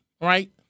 right